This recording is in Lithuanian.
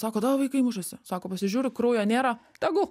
sako tavo vaikai mušasi sako pasižiūriu kraujo nėra tegu